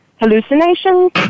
hallucinations